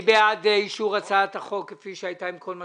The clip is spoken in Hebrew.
מי בעד אישור הצעת חוק לתיקון פקודת מסי העירייה ומסי